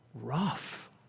rough